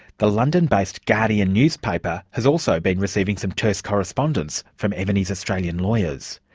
the london-based guardian newspaper has also been receiving some terse correspondence from evony's australian lawyers.